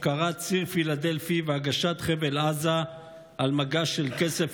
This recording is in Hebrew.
הפקרת ציר פילדלפי והגשת חבל עזה על מגש של כסף